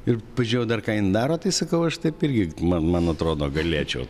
ir pažiūrėjau dar ką jin daro tai sakau aš taip irgi man man atrodo galėčiau